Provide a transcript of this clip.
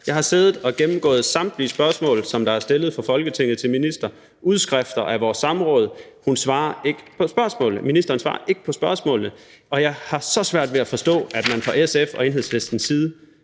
Jeg har siddet og gennemgået samtlige spørgsmål, der er stillet fra Folketinget til ministeren, udskrifter af vores samråd. Hun svarer ikke på spørgsmålene. Ministeren svarer ikke på spørgsmålene, og jeg har så svært ved at forstå, at man fra SF's og Enhedslistens side